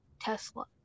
Tesla